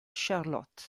charlotte